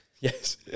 Yes